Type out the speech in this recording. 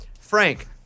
Frank